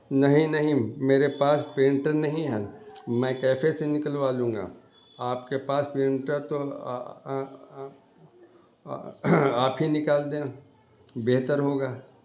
نہیں نہیں میرے پاس پرنٹر نہیں ہے میں کیفے سے نکلوا لوں گا آپ کے پاس پرنٹر تو آپ ہی نکال دیں بہتر ہوگا